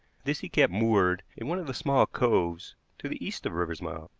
this he kept moored in one of the small coves to the east of riversmouth.